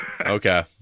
okay